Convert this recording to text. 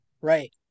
Right